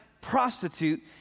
Prostitute